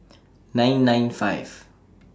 nine nine five